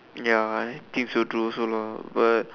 ya I think so too also lor but